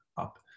up